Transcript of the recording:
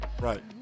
Right